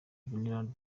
veneranda